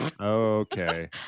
Okay